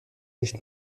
nicht